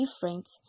different